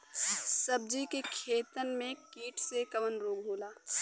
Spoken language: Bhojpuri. सब्जी के खेतन में कीट से कवन रोग होला?